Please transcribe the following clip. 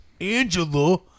Angela